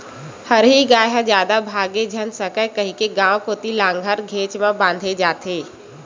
हरही गाय ह जादा भागे झन सकय कहिके गाँव कोती लांहगर घेंच म बांधे जाथे